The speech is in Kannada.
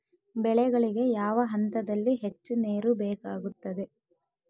ಬೆಳೆಗಳಿಗೆ ಯಾವ ಹಂತದಲ್ಲಿ ಹೆಚ್ಚು ನೇರು ಬೇಕಾಗುತ್ತದೆ?